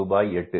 ரூபாய் 8